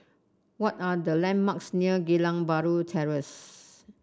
what are the landmarks near Geylang Bahru Terrace